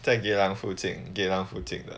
在 geylang 附近 geylang 附近的